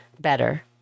better